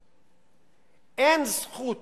67'. אין זכות